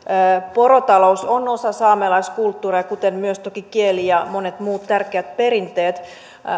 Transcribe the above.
porotalous on osa saamelaiskulttuuria kuten myös toki kieli ja monet muut tärkeät perinteet